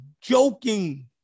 joking